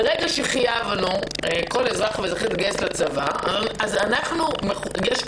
ברגע שחייבנו כל אזרח ואזרחית להתגייס לצבא יש עוד